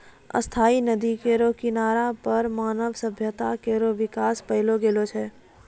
स्थायी नदी केरो किनारा पर मानव सभ्यता केरो बिकास पैलो गेलो छै